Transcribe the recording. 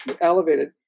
elevated